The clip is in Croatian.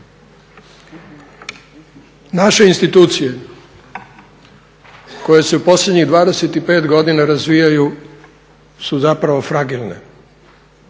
Naše institucije koje se u posljednjih 25 godina razvijaju su zapravo fragilne